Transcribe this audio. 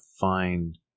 find